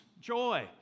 joy